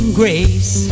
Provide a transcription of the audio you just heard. grace